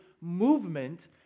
movement